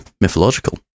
mythological